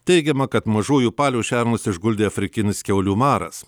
teigiama kad mažųjų palių šernus išguldė afrikinis kiaulių maras